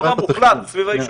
הרוב המוחלט הוא סביב היישובים.